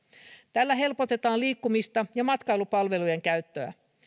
tällä helpotetaan liikkumista ja matkailupalvelujen käyttöä